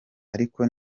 ariko